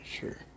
sure